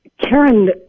Karen